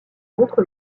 montre